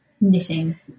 knitting